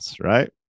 right